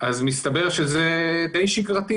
מסתבר שזה די שגרתי